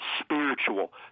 spiritual